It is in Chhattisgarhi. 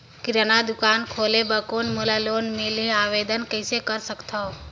किराना दुकान खोले बर कौन मोला लोन मिलही? आवेदन कइसे कर सकथव?